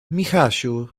michasiu